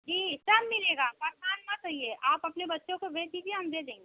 जी सब मिलेगा परेशान मत होइए आप अपने बच्चों को भेज दीजिए हम दे देंगे